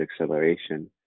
acceleration